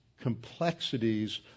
complexities